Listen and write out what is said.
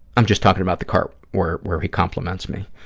i'm just talking about the part where where he compliments me.